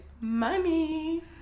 money